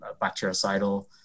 bactericidal